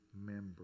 member